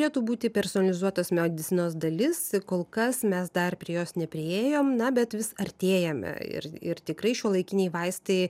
turėtų būti personizuotos medicinos dalis kol kas mes dar prie jos nepriėjom na bet vis artėjame ir ir tikrai šiuolaikiniai vaistai